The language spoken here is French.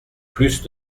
plus